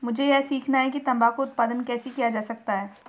मुझे यह सीखना है कि तंबाकू उत्पादन कैसे किया जा सकता है?